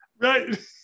Right